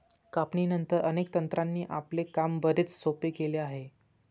कापणीनंतर, अनेक तंत्रांनी आपले काम बरेच सोपे केले आहे